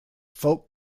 folk